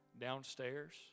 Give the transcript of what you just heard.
downstairs